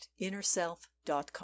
InnerSelf.com